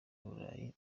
burayi